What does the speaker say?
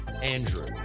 Andrew